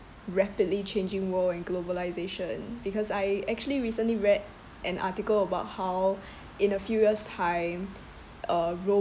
rapidly changing world and globalization because I actually recently read an article about how in a few years' time uh